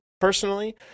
personally